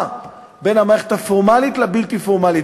בין המערכת הפורמלית לבלתי-פורמלית.